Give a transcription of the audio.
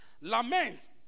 Lament